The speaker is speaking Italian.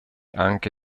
anche